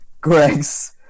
Greg's